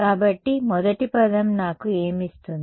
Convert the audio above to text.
కాబట్టి మొదటి పదం నాకు ఏమి ఇస్తుంది